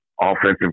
offensive